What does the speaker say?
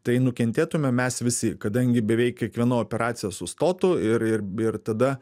tai nukentėtume mes visi kadangi beveik kiekviena operacija sustotų ir ir ir tada